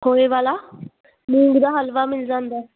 ਖੋਏ ਵਾਲਾ ਮੂੰਗੀ ਦਾ ਹਲਵਾ ਮਿਲ ਜਾਂਦਾ